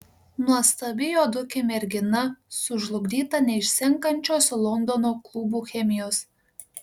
nuostabi juodukė mergina sužlugdyta neišsenkančios londono klubų chemijos